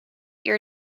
your